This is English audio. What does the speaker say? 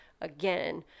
again